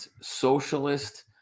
socialist